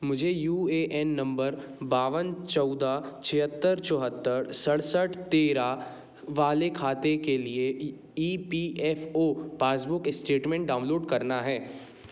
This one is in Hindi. मुझे यू ए एन नम्बर बावन चौदह छिहत्तर चौहत्तर सड़सठ तेरह वाले खाते के लिए E P F O passbook statement download करना है